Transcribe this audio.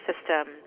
system